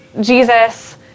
Jesus